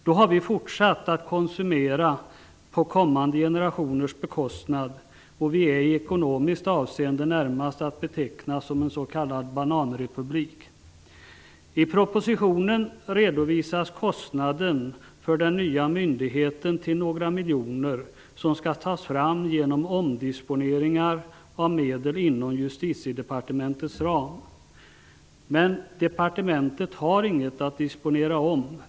Då har vi fortsatt att konsumera på kommande generationers bekostnad, och vi är i ekonomiskt avseende närmast att betecknas som en s.k. bananrepublik. I propositionen redovisas kostnaden för den nya myndigheten till några miljoner, som skall tas fram genom omdisponeringar av medel inom Justitiedepartementets ram. Men departementet har inget att disponera om.